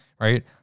Right